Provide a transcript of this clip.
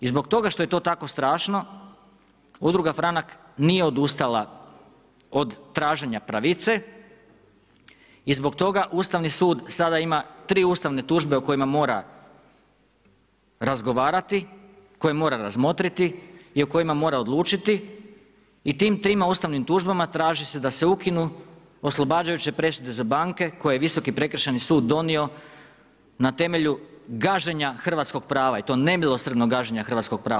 I zbog toga što je to tako strašno, udruga franak nije odustala od traženja pravice i zbog toga Ustavni sud, sada ima 3 ustavne tužbe o kojima mora razgovarati, koje mora razmotriti i o kojima mora odlučiti i tim trima ustavnim tužbama, traži se da se ukinu oslobađajuće presude za banke koje je Visoki prekršajni sud donio na temelju gaženje hrvatskog prava i to nemilosrdnog gaženja hrvatskog prava.